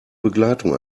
begleitung